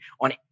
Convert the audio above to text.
on